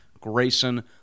Grayson